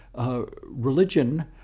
religion